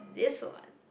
this one